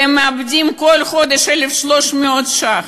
והם מאבדים כל חודש 1,300 ש"ח.